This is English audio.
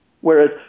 Whereas